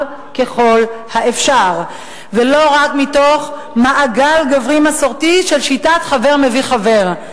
ככל האפשר ולא רק מתוך מעגל גברי מסורתי של שיטת "חבר מביא חבר",